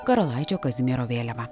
karalaičio kazimiero vėliavą